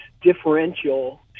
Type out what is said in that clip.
differential